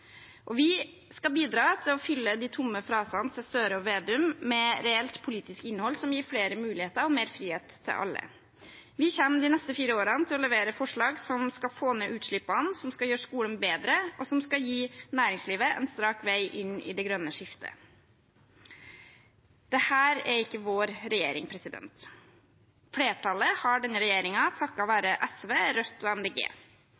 og vi skal bidra til å fylle de tomme frasene til Støre og Vedum med reelt politisk innhold som gir flere muligheter og mer frihet til alle. Vi kommer de neste fire årene til å levere forslag som skal få ned utslippene, som skal gjøre skolen bedre, og som skal gi næringslivet en strak vei inn i det grønne skiftet. Dette er ikke vår regjering. Flertallet har denne regjeringen takket være SV, Rødt og